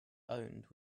owned